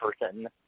person